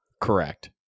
correct